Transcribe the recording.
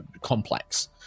complex